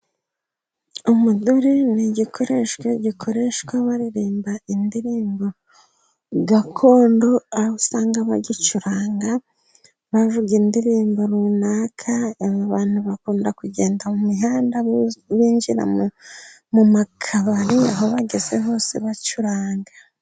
Umuduri ni igikoresho gikoreshwa baririmba indirimbo gakondo, aho usanga bagicuranga bavuga indirimbo runaka, aba bantu bakunda kugenda mu muhanda binjira mu makabari, aho bageze hose bacuranga.